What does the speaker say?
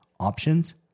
options